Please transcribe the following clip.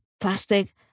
plastic